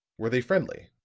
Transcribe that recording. were they friendly?